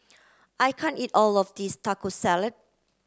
I can't eat all of this Taco Salad